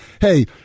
Hey